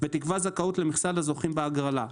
ותקבע זכאות למכסה לזוכים בהגרלה,